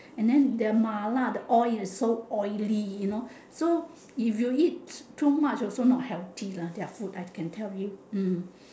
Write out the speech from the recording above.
and then their mala the oil is so oily you know so if you eat too much is also not healthy lah I can tell you hmm